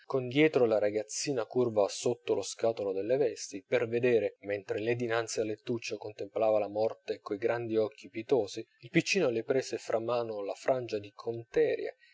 dietro la ragazzina curva sotto lo scatolo delle vesti per vedere mentre lei dinanzi al lettuccio contemplava la morta coi grandi occhi pietosi il piccino le prese fra mano la frangia di